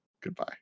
Goodbye